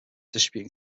distributing